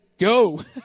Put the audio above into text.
go